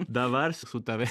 dabar su tavimi